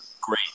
great